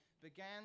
began